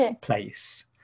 place